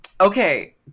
okay